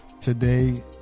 Today